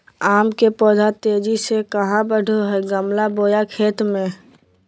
आम के पौधा तेजी से कहा बढ़य हैय गमला बोया खेत मे?